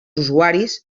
usuaris